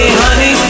honey